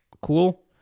Cool